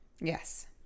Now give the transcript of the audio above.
Yes